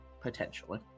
potentially